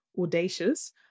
audacious